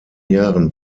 jahren